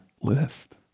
list